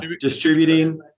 Distributing